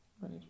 right